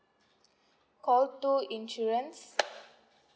call two insurance